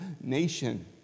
nation